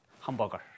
Hamburger